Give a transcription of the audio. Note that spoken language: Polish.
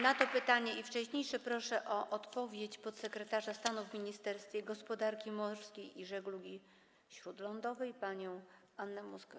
Na to pytanie i wcześniejsze pytania odpowie podsekretarz stanu w Ministerstwie Gospodarki Morskiej i Żeglugi Śródlądowej pani Anna Moskwa.